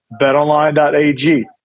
BetOnline.ag